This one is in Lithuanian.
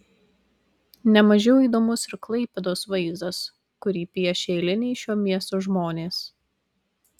ne mažiau įdomus ir klaipėdos vaizdas kurį piešia eiliniai šio miesto žmonės